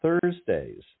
Thursdays